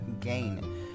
gain